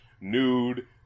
Nude